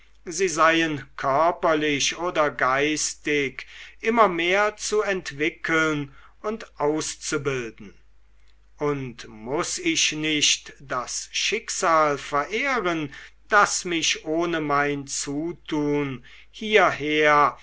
sie seien körperlich oder geistig immer mehr zu entwickeln und auszubilden und muß ich nicht das schicksal verehren das mich ohne mein zutun hierher